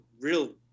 real